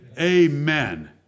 Amen